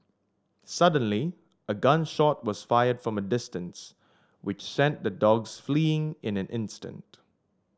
suddenly a gun shot was fired from a distance which sent the dogs fleeing in an instant